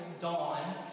dawn